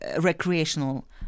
recreational